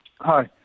Hi